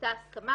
לאותה הסכמה,